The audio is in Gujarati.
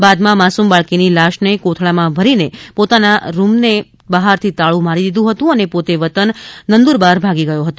બાદમાં માસુમ બાળકીની લાશને કોથળામાં ભરીને પોતાના રૂમને બહારથી તાળું મારી દીધું હતું અને પોતે વતન નંદુરબાર ભાગી ગયો હતો